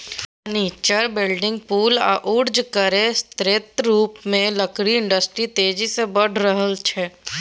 furniture, building, पुल आ उर्जा केर स्रोत रुपमे लकड़ी इंडस्ट्री तेजी सँ बढ़ि रहल छै